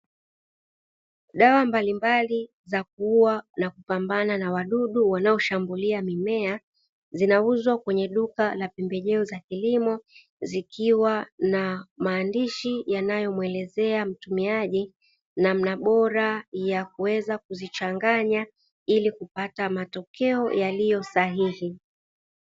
Dawa mbalimbali za kuua na kupambana na wadudu wanaoshambulia mimea zinauzwa kwenye duka la pembejeo za kilimo, zikiwa na maandishi yanayomuelezea mtumiaji namna bora ya kuweza kuzichanganya ili kupata matokeo yaliyo sahihi.